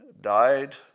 died